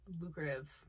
lucrative